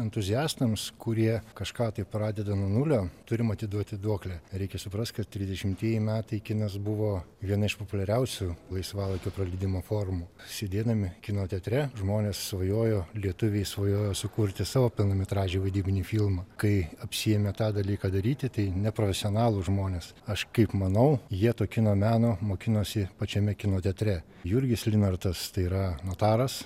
entuziastams kurie kažką tai pradeda nuo nulio turim atiduoti duoklę reikia suprast kad trisdešimtieji metai kinas buvo viena iš populiariausių laisvalaikio praleidimo formų sėdėdami kino teatre žmonės svajojo lietuviai svajojo sukurti savo pilnametražį vaidybinį filmą kai apsiėmė tą dalyką daryti tai neprofesionalūs žmonės aš kaip manau jie to kino meno mokinosi pačiame kino teatre jurgis linartas tai yra notaras